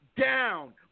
down